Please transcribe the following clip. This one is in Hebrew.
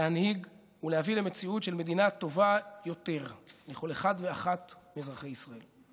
להנהיג ולהביא למציאות של מדינה טובה יותר לכל אחד ואחת מאזרחי ישראל.